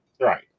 Right